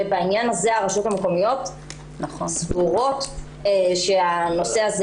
בעניין הזה הרשויות המקומיות סבורות שהנושא הזה